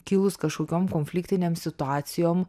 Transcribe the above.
kilus kažkokiom konfliktinėm situacijom